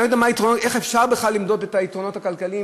אני לא יודע איך אפשר בכלל למדוד את היתרונות הכלכליים,